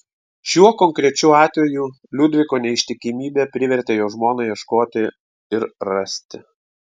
šiuo konkrečiu atveju liudviko neištikimybė privertė jo žmoną ieškoti ir rasti